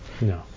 No